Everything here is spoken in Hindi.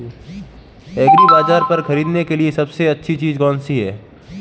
एग्रीबाज़ार पर खरीदने के लिए सबसे अच्छी चीज़ कौनसी है?